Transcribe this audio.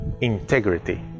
integrity